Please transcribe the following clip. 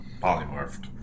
polymorphed